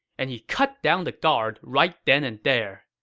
and he cut down the guard right then and there